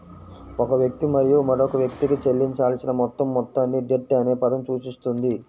ఒక వ్యక్తి మరియు మరొక వ్యక్తికి చెల్లించాల్సిన మొత్తం మొత్తాన్ని డెట్ అనే పదం సూచిస్తుంది